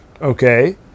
Okay